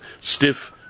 Stiff